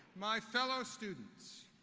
my fellow students,